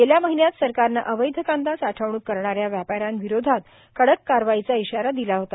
गेल्या महिन्यात सरकारनं अवैध कांदा साठवणूक करणाऱ्या व्यापाऱ्यांविरोधात कडक कारवाईचा इशारा दिला होता